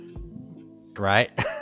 right